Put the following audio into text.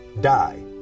die